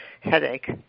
headache